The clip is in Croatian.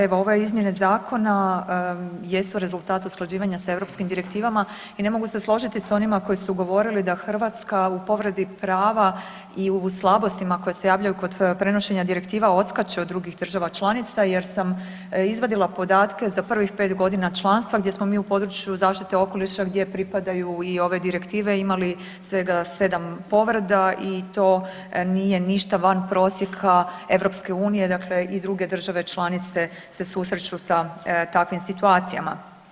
Evo ove izmjene zakona jesu rezultat usklađivanja sa europskim direktivama i ne mogu se složiti s onima koji su govorili da Hrvatska u povredi prava i u slabostima koje se javljaju kod prenošenja direktiva, odskače od drugih država članica jer sam izvadila podatke za prvih 5 godina članstva gdje smo mi u području zaštite okoliša, gdje pripadaju i ove direktive, imali svega 7 povreda i to nije ništa van prosjeka EU-a, dakle i druge države članice se susreću sa takvim situacijama.